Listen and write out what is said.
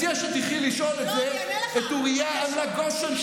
אני מציע שתלכי לשאול את זה את אוריה איימלק גושן,